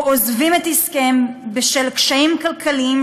או עוזבים את עסקיהם בשל קשיים כלכליים,